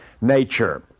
nature